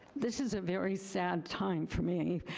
this is a very sad time for me,